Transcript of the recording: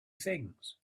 things